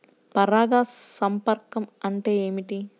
పరాగ సంపర్కం అంటే ఏమిటి?